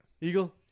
Eagle